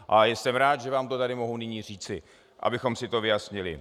A jsem rád, že vám to tady mohu nyní říci, abychom si to vyjasnili.